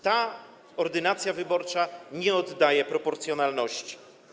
Ta ordynacja wyborcza nie oddaje zasady proporcjonalności.